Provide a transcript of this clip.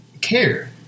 care